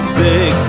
big